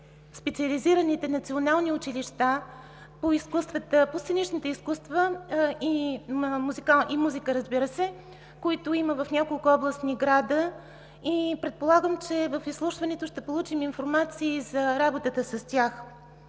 специализираните национални училища по изкуствата, по сценичните изкуства и музика, разбира се, които има в няколко областни града. Предполагам, че в изслушването ще получим информация и за работата с тях.